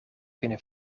kunnen